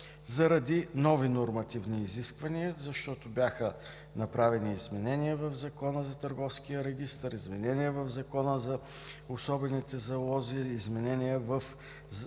заради нови нормативни изисквания, защото бяха направени изменения в Закона за Търговския регистър, изменения в Закона за особените залози, изменения в Търговския закон,